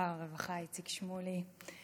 שר הרווחה איציק שמולי,